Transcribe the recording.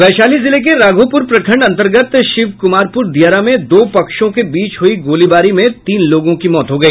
वैशाली जिले के राघोपुर प्रखंड अन्तर्गत शिवकुमारपुर दियारा में दो पक्षों के बीच हुई गोलीबारी में तीन लोगों की मौत हो गई